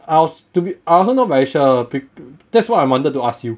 I was to be I also not very sure be~ that's what I wanted to ask you